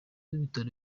w’ibitaro